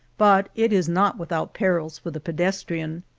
but it is not without perils for the pedestrian.